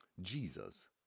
Jesus